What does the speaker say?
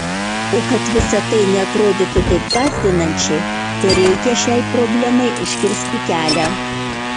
o kad visa tai neatrodytų taip gąsdinančiai tereikia šiai problemai užkirsti kelią